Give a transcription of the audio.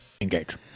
Engage